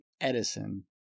Edison